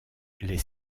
les